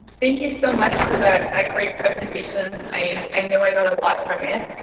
thank you so much for that that great presentation i know i got a lot from it.